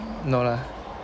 no lah